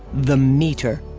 the meter.